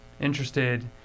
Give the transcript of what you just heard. interested